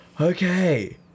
Okay